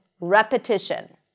Repetition